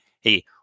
hey